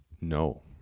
No